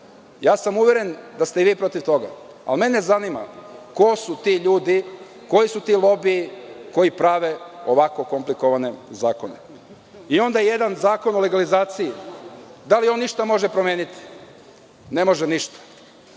sam da ste i vi protiv toga ali mene zanima ko su ti ljudi, koji su to lobiji koji prave ovako komplikovane zakone. Onda jedan Zakon o legalizaciji, da li on išta može promeniti? Ne može ništa,